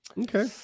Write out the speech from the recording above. Okay